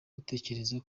utekereza